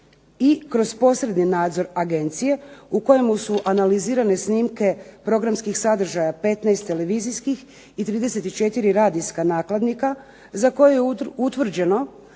i kroz posebni nadzor agencije u kojemu su analizirane snimke programskih sadržaja, 15 televizijskih i 34 radijska nakladnika za koje je utvrđeno